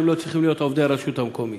לא צריכים להיות עובדי הרשות המקומית,